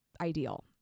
ideal